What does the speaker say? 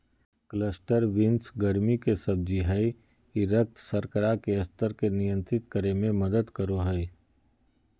cluster beans गर्मि के सब्जी हइ ई रक्त शर्करा के स्तर के नियंत्रित करे में मदद करो हइ